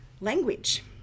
language